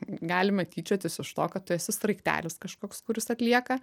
galima tyčiotis iš to kad tu esi sraigtelis kažkoks kuris atlieka